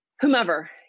whomever